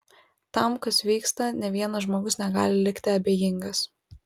tam kas vyksta nė vienas žmogus negali likti abejingas